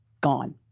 gone